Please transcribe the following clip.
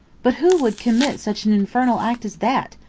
but who would commit such an infernal act as that?